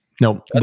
No